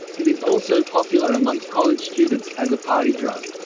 it is also popular amongst college students, as a party drug.